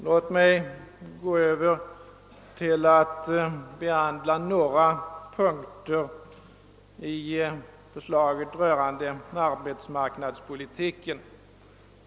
Låt mig så gå över till att behandla några punkter i förslaget rörande arbetsmarknadspolitiken.